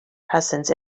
presence